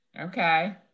Okay